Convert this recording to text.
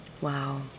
Wow